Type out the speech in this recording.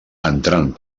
entrant